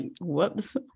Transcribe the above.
whoops